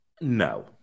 No